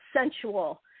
sensual